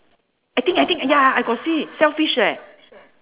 I think I think ya I got see sell fish leh